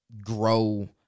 grow